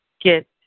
Get